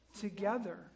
together